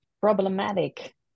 problematic